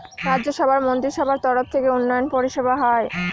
রাজ্য সভার মন্ত্রীসভার তরফ থেকে উন্নয়ন পরিষেবা হয়